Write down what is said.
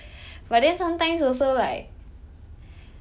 and I just go find out the answer myself lor